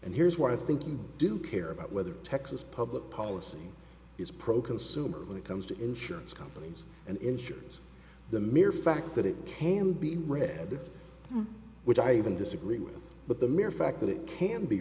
and here's why i think you do care about whether texas public policy is pro consumer when it comes to insurance companies and insurance the mere fact that it can be read which i even disagree with but the mere fact that it can be